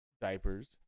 diapers